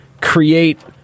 create